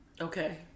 Okay